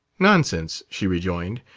nonsense, she rejoined.